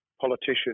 politician